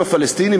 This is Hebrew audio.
עם הפלסטינים,